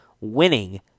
winning